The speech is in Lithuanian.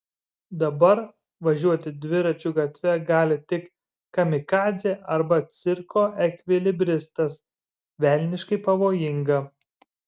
dabar važiuoti dviračiu gatve gali tik kamikadzė arba cirko ekvilibristas velniškai pavojinga